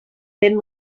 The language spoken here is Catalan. vent